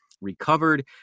Recovered